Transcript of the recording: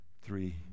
three